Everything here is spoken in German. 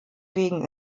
wegen